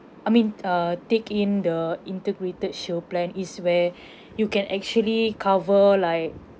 I mean uh take in the integrated shield plan is where you can actually cover like